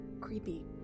creepy